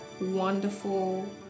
wonderful